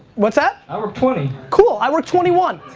what's that? i work twenty. cool, i work twenty one.